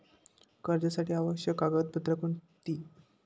कर्जासाठी आवश्यक कागदपत्रे कोणती?